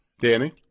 Danny